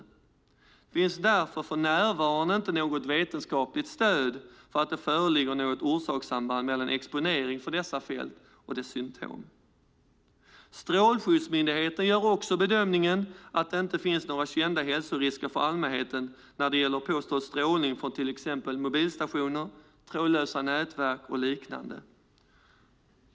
Det finns därför för närvarande inte något vetenskapligt stöd för att det föreligger något orsakssamband mellan exponering för dessa fält och dess symtom. Strålsäkerhetsmyndigheten gör också bedömningen att det inte finns några kända hälsorisker för allmänheten när det gäller påstådd strålning från till exempel mobilstationer, trådlösa nätverk och liknande.